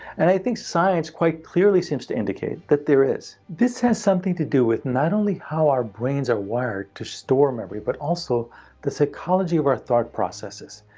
and i think science quite clearly seems to indicates that there is. this has something to do with not only how our brains are wired to store memory, but also the psychology of our thought processes.